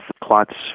clots